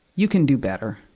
you can do better.